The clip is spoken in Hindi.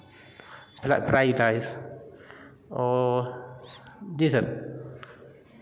फ्रा फ़्राई राइस और जी सर